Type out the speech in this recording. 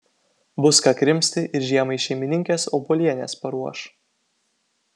bus ką krimsti ir žiemai šeimininkės obuolienės paruoš